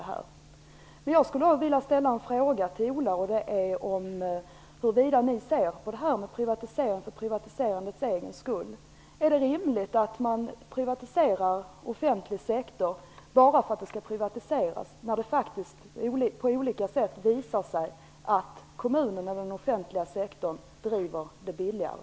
Det gäller hur ni ser på detta med att privatisera för privatiserandets egen skull. Är det rimligt att man privatiserar offentlig sektor bara för att det skall privatiseras, när det faktiskt på olika sätt visar sig att kommunerna och den offentliga sektorn driver verksamheten billigare?